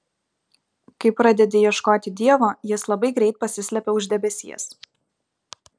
kai pradedi ieškoti dievo jis labai greit pasislepia už debesies